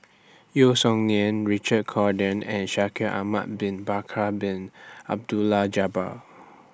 Yeo Song Nian Richard Corridon and Shaikh Ahmad Bin Bakar Bin Abdullah Jabbar